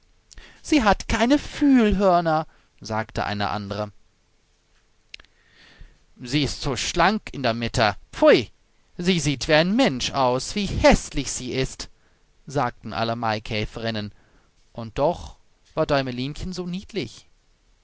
sie hat keine fühlhörner sagte eine andere sie ist so schlank in der mitte pfui sie sieht wie ein mensch aus wie häßlich sie ist sagten alle maikäferinnen und doch war däumelinchen so niedlich